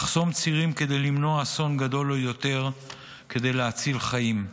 לחסום צירים כדי למנוע אסון גדול עוד יותר וכדי להציל חיים.